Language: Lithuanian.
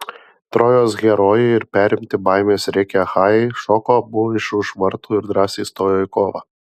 trojos herojai ir perimti baimės rėkia achajai šoko abu iš už vartų ir drąsiai stojo į kovą